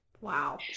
Wow